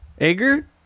ager